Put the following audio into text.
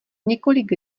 několik